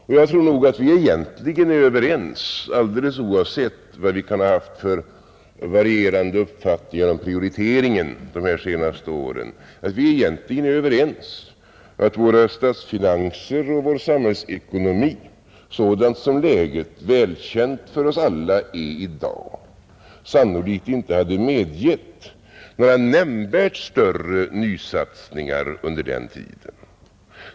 Men jag tror att vi är överens om alldeles oavsett vad vi kan ha haft för varierande uppfattningar om prioriteringar under de senaste åren, att statsfinanser och samhällsekonomi — sådant som läget, välkänt för oss alla, är i dag — sannolikt inte hade medgett några nämnvärt större nya satsningar under den tiden.